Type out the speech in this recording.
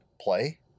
play